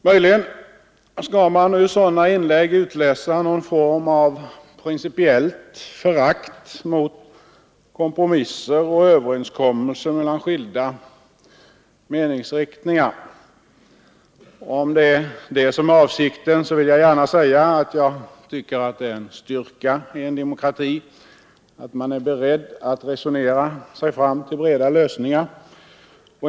Möjligen skall man ur sådana inlägg utläsa någon form av principiellt förakt för kompromisser och överenskommelser mellan skilda meningsriktningar. Och om det är avsikten så vill jag gärna säga att jag tycker att det är en styrka i en demokrati att man är beredd att resonera 5 sig fram till breda lösningar.